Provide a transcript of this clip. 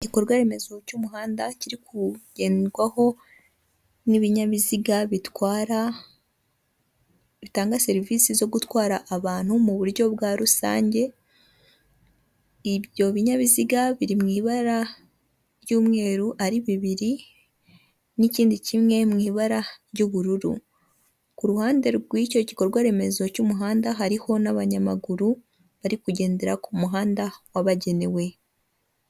Igikorwaremezo cy'umuhanda kiri kugendwaho n'ibinyabiziga bitwara bitanga serivisi zo gutwara abantu mu buryo bwa rusange, ibyo binyabiziga biri mu ibara ry'umweru ari bibiri n'ikindi kimwe mu ibara ry'ubururu, ku ruhande rw'icyo gikorwaremezo cy'umuhanda hariho n'abanyamaguru bari kugendera ku muhanda wabagenewe.